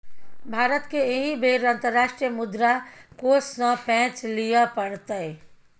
भारतकेँ एहि बेर अंतर्राष्ट्रीय मुद्रा कोष सँ पैंच लिअ पड़तै